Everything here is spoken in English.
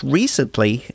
recently